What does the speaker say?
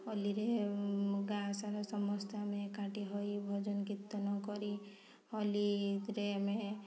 ହୋଲିରେ ଗାଁ ସାରା ସମସ୍ତେ ଆମେ ଏକାଠି ହୋଇ ଭଜନ କୀର୍ତ୍ତନ କରି ହୋଲିରେ ଆମେ